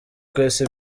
kwesa